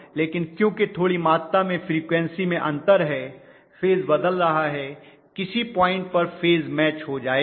लेकिन क्योंकि थोड़ी मात्रा में फ्रीक्वन्सी में अंतर है फेज बदल रहा है किसी पॉइंट पर फेज मैच हो जायेगा